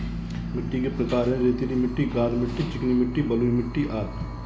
मिट्टी के प्रकार हैं, रेतीली मिट्टी, गाद मिट्टी, चिकनी मिट्टी, बलुई मिट्टी अदि